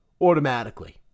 automatically